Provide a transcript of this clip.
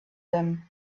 them